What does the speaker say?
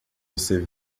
você